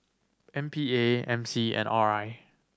M P A M C and R I